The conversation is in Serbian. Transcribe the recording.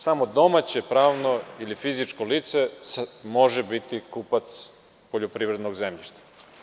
Samo domaće pravno ili fizičko lice može biti kupac poljoprivrednog zemljišta.